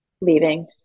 leaving